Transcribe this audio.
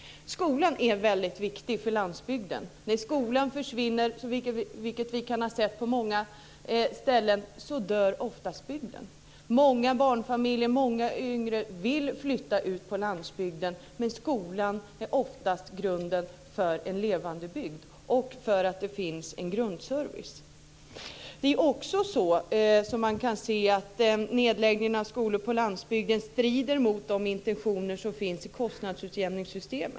Skolan är väldigt viktig för landsbygden. När skolan försvinner, vilket vi har sett på många ställen, dör oftast bygden. Många barnfamiljer och yngre vill flytta ut på landsbygden, men skolan är oftast grunden för en levande bygd och för att det finns en basservice. Man kan också se att nedläggningen av skolor på landsbygden strider mot de intentioner som finns i kostnadsutjämningssystemet.